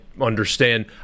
understand